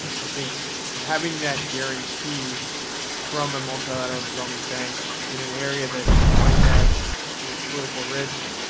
i think having that guarantee from a multilateral development bank in an area that might have you know political risk,